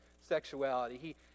sexuality